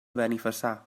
benifassà